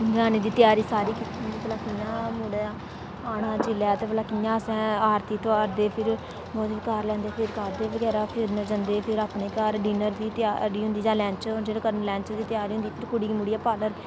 उंदे आने दी त्यारी सारी कीती दी होंदी कुड़ी जां मुडे़ ने आने जिसलै ते कियां असें आरती तुआरदे फिर तराह्गे बगैरा फिरन जंदे फ्ही अपने घार डिनर बी त्यारी होंदी जां लैंच जेहडे़ हून करदे लंच दी त्यारी होंदी फिर कुड़ी गी मुड़ियै पार्लर